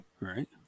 Right